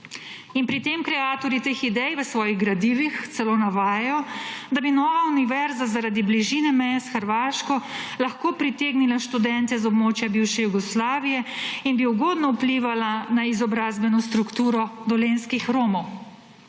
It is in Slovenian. In pri tem kreatorji teh idej v svojih gradivih celo navajajo, da bi nova univerza zaradi bližine meje s Hrvaško lahko pritegnila študente z območja bivše Jugoslavije in bi ugodno vplivala na izobrazbeno strukturo dolenjskih Romov.